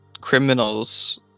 criminals